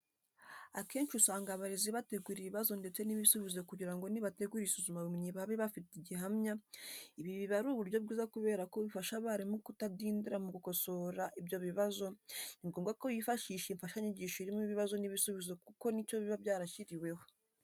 Akenshi usanga abarezi bategura ibibazo ndetse n'ibisubizo kugira ngo nibategura isuzumabumenyi babe bafite gihamya, ibi biba ari uburyo bwiza kubera ko bifasha abarimu kutadindira mu gukosora ibyo bibazo, ni ngombwa ko bifashisha imfashanyigisho irimo ibibazo n'ibisubizo kuko ni cyo biba byarashyiriweho.